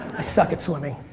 i suck at swimming.